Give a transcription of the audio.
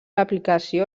aplicació